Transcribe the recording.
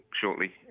shortly